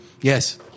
Yes